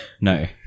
No